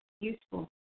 useful